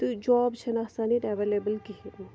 تہٕ جاب چھَنہٕ آسان ییٚتہِ ایویٚلیبُل کِہیٖنٛۍ